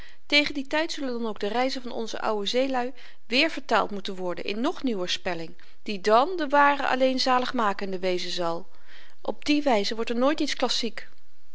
tegen dien tyd zullen dan ook de reizen van onze ouwe zeeluî weer vertaald moeten worden in nog nieuwer spelling die dàn de ware alleen zaligmakende wezen zal op die wyze wordt er nooit iets klassiek